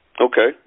okay